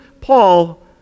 Paul